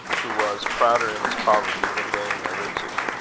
who was prouder in his poverty than they in their riches.